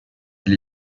allé